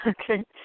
Okay